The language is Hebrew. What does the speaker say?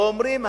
ואומרים,